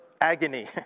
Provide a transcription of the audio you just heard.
agony